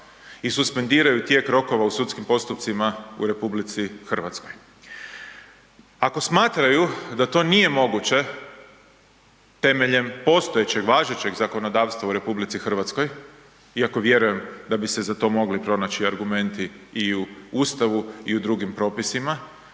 i suspendiraju tijek rokova u sudskim postupcima u RH. Ako smatraju da to nije moguće temeljem postojećeg, važećeg zakonodavstva u RH, iako vjerujem da bi se za to mogli pronaći argumenti i u Ustavu i u drugim propisima